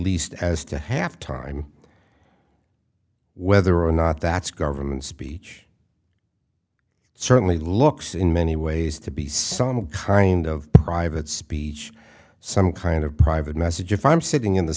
least as to have time whether or not that's government speech certainly looks in many ways to be some kind of private speech some kind of private message if i'm sitting in the